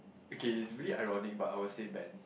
okay is really ironic but I will say Ben